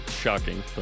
shocking